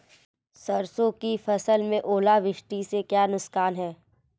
सरसों की फसल में ओलावृष्टि से क्या नुकसान है?